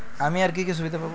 আমি আর কি কি সুবিধা পাব?